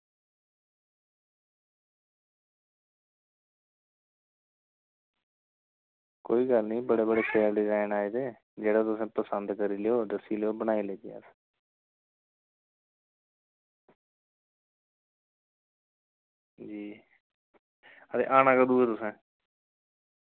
कोई गल्ल निं बड़े बड़े शैल डिजाईन आऽ दे जेह्ड़ा तुस पसंद करी लैओ ते बनाई लैगे जी ते आना कदूं ऐ तुसें